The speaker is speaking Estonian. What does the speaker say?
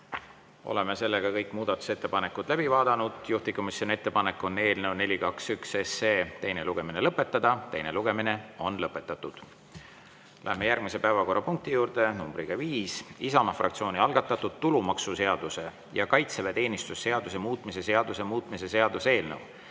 Oleme kõik muudatusettepanekud läbi vaadanud. Juhtivkomisjoni ettepanek on eelnõu 421 teine lugemine lõpetada. Teine lugemine on lõpetatud. Lähme järgmise päevakorrapunkti juurde, see on numbriga 5: Isamaa fraktsiooni algatatud tulumaksuseaduse ja kaitseväeteenistuse seaduse muutmise seaduse muutmise seaduse eelnõu